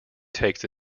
takes